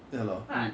ya lor